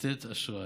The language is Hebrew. לתת אשראי,